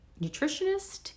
nutritionist